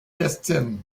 destine